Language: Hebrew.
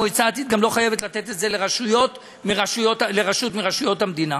המועצה הדתית גם לא חייבת לתת את זה לרשות מרשויות המדינה.